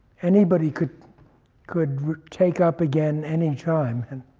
anybody could could take up again anytime, and